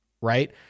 right